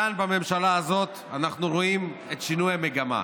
כאן, בממשלה הזאת, אנחנו רואים את שינוי המגמה.